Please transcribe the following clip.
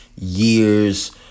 years